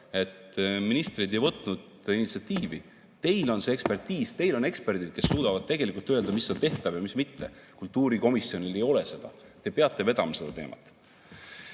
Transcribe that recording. et ministrid ei võtnud initsiatiivi. Teil on see ekspertiis, teil on eksperdid, kes suudavad öelda, mis on tehtav ja mis mitte. Kultuurikomisjonil seda ei ole. Te peate seda teemat